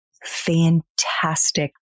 fantastic